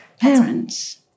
parents